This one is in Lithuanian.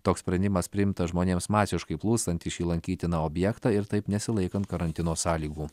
toks sprendimas priimtas žmonėms masiškai plūstant į šį lankytiną objektą ir taip nesilaikant karantino sąlygų